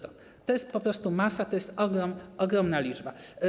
To jest po prostu masa, to jest ogrom, ogromna liczba.